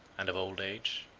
and of old age.